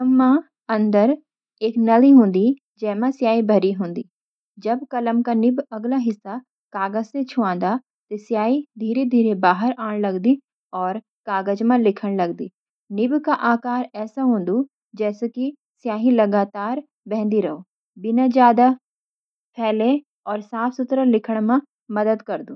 कलम मा अंदर एक नली हूंदी, जैमा स्याही भरि हूंदी। जब कलम का निब (अगला सिरा) कागज से छुवांदा, त स्याही धीरे-धीरे बाहर आण लगदी और कागज मा लिखाण लगदी। निब का आकार ऐसा हूंदो, जैतकि स्याही लगातार बहि रहै, बिना ज्यादा फैलै, और साफ-सुथरो लिखण मा मद्दत करद।